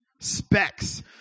specs